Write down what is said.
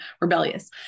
rebellious